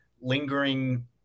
lingering